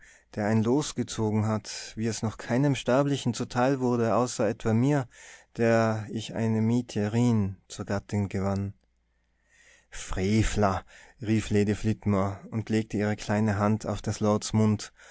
der ein los gezogen hat wie es noch keinem sterblichen zuteil wurde außer etwa mir der ich eine mietje rijn zur gattin gewann frevler rief lady flitmore und legte ihre kleine hand auf des lords mund